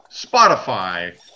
Spotify